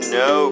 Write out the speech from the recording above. no